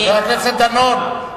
חבר הכנסת דנון,